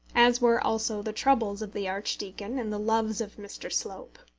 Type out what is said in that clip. as were also the troubles of the archdeacon and the loves of mr. slope.